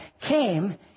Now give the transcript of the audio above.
came